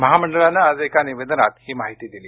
महामंडळानं आज एका निवेदनात ही माहिती दिली